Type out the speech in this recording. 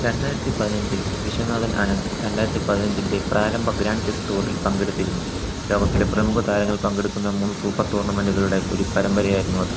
രണ്ടായിരത്തി പതിനഞ്ചിൽ വിശ്വനാഥൻ ആനന്ദ് രണ്ടായിരത്തി പതിനഞ്ചിലെ പ്രാരംഭ ഗ്രാൻഡ് ചെസ് ടൂറില് പങ്കെടുത്തിരുന്നു ലോകത്തിലെ പ്രമുഖ താരങ്ങൾ പങ്കെടുക്കുന്ന മൂന്ന് സൂപ്പർ ടൂർണമെൻ്റുകളുടെ ഒരു പരമ്പരയായിരുന്നു അത്